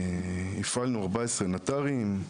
הפעלנו 14 נט"רים.